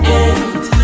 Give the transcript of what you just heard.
eight